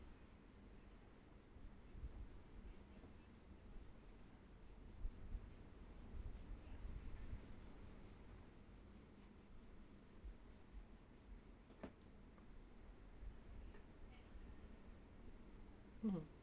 mmhmm